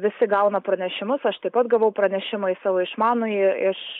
visi gauna pranešimus aš taip pat gavau pranešimą į savo išmanųjį iš